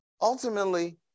ultimately